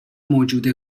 موجود